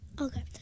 Okay